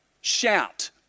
shout